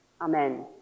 Amen